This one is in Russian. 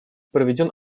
проведен